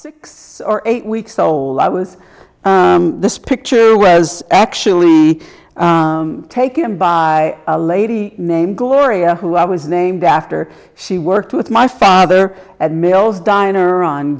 six or eight weeks old i was this picture was actually taken by a lady named gloria who i was named after she worked with my father at mills diner on